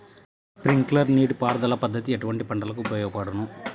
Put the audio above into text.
Sprinkler నీటిపారుదల పద్దతి ఎటువంటి పంటలకు ఉపయోగపడును?